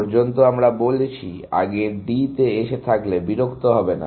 এ পর্যন্ত আমরা বলছি আগে D তে এসে থাকলে বিরক্ত হবে না